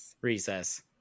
recess